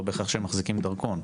לא בהכרח שהם מחזיקים דרכון.